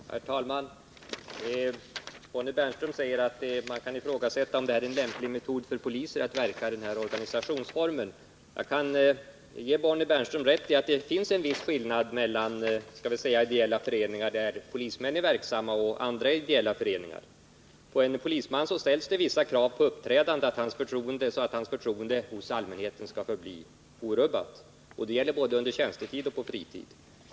Herr talman! Bonnie Bernström säger att man kan ifrågasätta om det är lämpligt för polisen att verka i den här organisationsformen. Jag kan ge Bonnie Bernström rätt i att det finns en viss skillnad mellan ideella föreningar där polismän är verksamma och andra ideella föreningar. På en polisman ställs det vissa krav på uppträdande så att hans förtroende hos allmänheten förblir orubbat. Det gäller både under tjänstetid och på fritid.